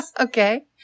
Okay